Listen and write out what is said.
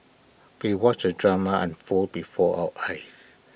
we watched the drama unfold before our eyes